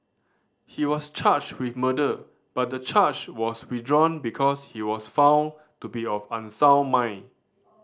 he was charged with murder but the charge was withdrawn because he was found to be of unsound mind